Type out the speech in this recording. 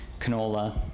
canola